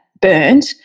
burned